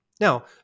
Now